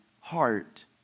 heart